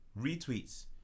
Retweets